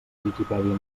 viquipèdia